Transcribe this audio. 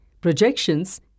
projections